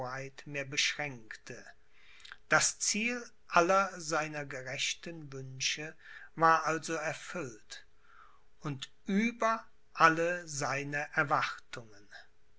mehr beschränkte das ziel aller seiner gerechten wünsche war also erfüllt und über alle seine erwartungen